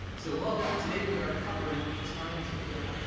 so welcome, today we are covering a time to kill,